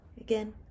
Again